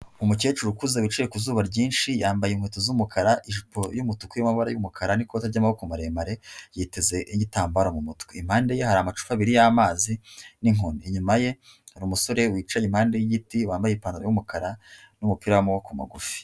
Umukecuru ukuze wicaye ku zuba ryinshi yambaye inkweto z'umukara, ijipo y'umutuku irimo amabara y'umukara n'ikote ry'amaboko maremare yiteze igitambara mu mutwe, impande ye hari amacupa abiri y'amazi n'inkoni, inyuma ye hari umusore wicaye impande y'igiti wambaye ipantaro y'umukara n'umupira w'amaboko magufi.